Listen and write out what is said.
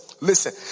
listen